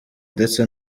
ndetse